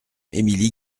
émilie